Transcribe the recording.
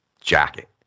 jacket